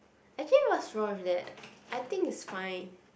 actually what's wrong with that I think is fine